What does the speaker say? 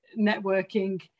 networking